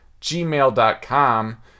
gmail.com